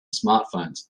smartphones